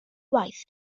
gwaith